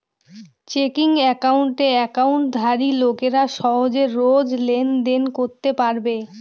checking একাউণ্টে একাউন্টধারী লোকেরা সহজে রোজ লেনদেন করতে পারবে